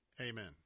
Amen